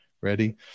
Ready